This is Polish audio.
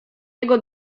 jego